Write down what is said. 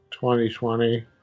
2020